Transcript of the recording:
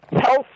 health